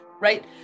right